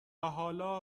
حالا